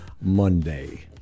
Monday